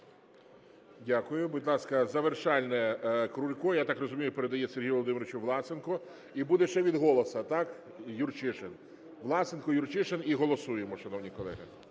Дякую. Будь ласка, завершальне, Крулько. Я так розумію, передає Сергію Володимировичу Власенку. І буде ще від "Голосу", так, Юрчишин. Власенко, Юрчишин і голосуємо, шановні колеги.